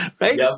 right